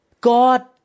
God